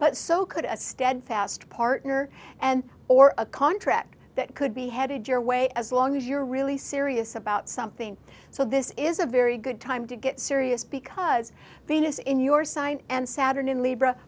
but so could a steadfast partner and or a contract that could be headed your way as long as you're really serious about something so this is a very good time to get serious because venus in your sign and saturn in libra